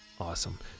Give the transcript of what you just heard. Awesome